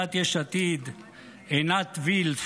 מסיעת יש עתיד עינת וילף